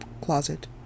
closet